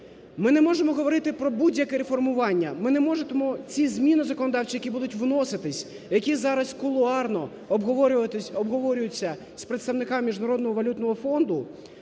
Ми не можемо говорити про будь-яке реформування, ми не можемо ці зміни законодавчі, які будуть вноситись, які зараз кулуарно обговорюються з представниками Міжнародного валютного фонду